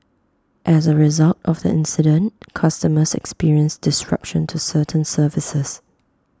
as A result of the incident customers experienced disruption to certain services